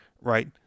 right